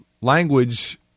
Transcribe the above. language